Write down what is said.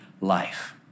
life